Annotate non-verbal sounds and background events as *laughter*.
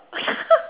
*laughs*